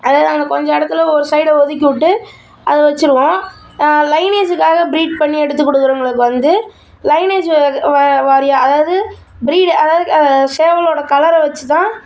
அதேதான் அந்த கொஞ்சம் இடத்துல ஒரு சைடை ஒதுக்கிவிட்டு அதை வெச்சிருவோம் லைனேஜுக்காக ப்ரீட் பண்ணி எடுத்து கொடுக்குறவங்களுக்கு வந்து லைனேஜு வாரியாக அதாவது ப்ரீட் அதாவது சேவலோடய கலரை வெச்சுதான்